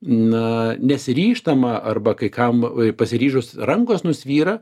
na nesiryžtama arba kai kam pasiryžus rankos nusvyra